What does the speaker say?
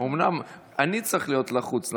אומנם אני צריך להיות עכשיו לחוץ,